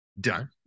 Done